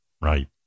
Right